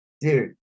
dude